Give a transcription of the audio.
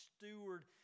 steward